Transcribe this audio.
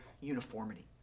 uniformity